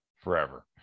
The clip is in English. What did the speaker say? forever